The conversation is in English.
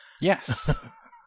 Yes